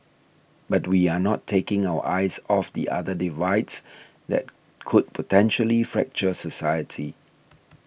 but we are not taking our eyes off the other divides that could potentially fracture society